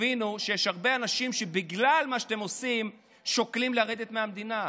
ותבינו שיש הרבה אנשים שבגלל מה שאתם עושים שוקלים לרדת מהמדינה.